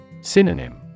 Synonym